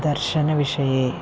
दर्शनविषये